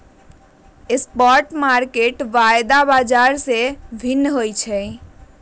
spot market वायदा बाजार से भिन्न होइ छइ